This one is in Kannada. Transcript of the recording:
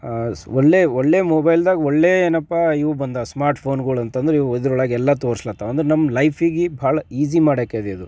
ಒಳ್ಳೆ ಒಳ್ಳೆ ಮೊಬೈಲ್ದಾಗೆ ಒಳ್ಳೆ ಏನಪ್ಪ ಇವು ಬಂದಿವೆ ಸ್ಮಾರ್ಟ್ ಫೋನ್ಗಳು ಅಂತಂದ್ರೆ ಇವು ಇದರೊಳಗೆ ಎಲ್ಲ ತೋರಿಸ್ಲತ್ತಾವೆ ಅಂದ್ರೆ ನಮ್ಮ ಲೈಫಿಗೆ ಭಾಳ ಈಸಿ ಮಾಡಾಕಿದೆ ಇದು